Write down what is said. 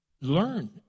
learn